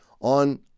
on